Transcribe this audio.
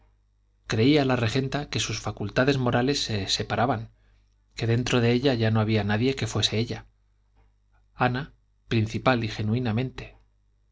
creía la regenta que sus facultades morales se separaban que dentro de ella ya no había nadie que fuese ella ana principal